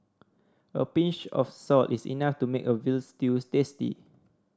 a pinch of salt is enough to make a veal stews tasty